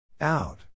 Out